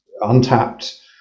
untapped